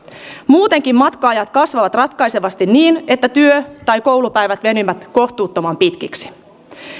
muutenkin matka ajat kasvavat ratkaisevasti niin että työ tai koulupäivät venyvät kohtuuttoman pitkiksi